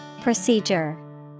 Procedure